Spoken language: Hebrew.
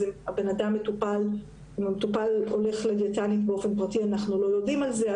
אז אם המטופל הולך לדיאטנית באופן פרטי אנחנו לא יודעים על זה.